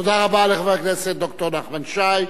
תודה רבה לחבר הכנסת ד"ר נחמן שי.